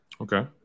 Okay